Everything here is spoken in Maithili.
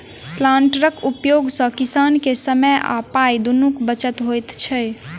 प्लांटरक उपयोग सॅ किसान के समय आ पाइ दुनूक बचत होइत छै